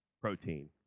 protein